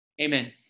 Amen